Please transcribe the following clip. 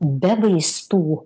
be vaistų